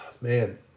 Man